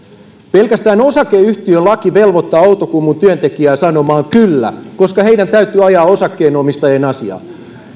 pelkästään osakeyhtiölaki velvoittaa outokummun työntekijää sanomaan kyllä koska hänen täytyy ajaa osakkeenomistajien asiaa